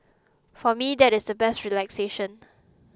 for me that is the best relaxation